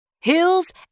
hills